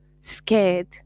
scared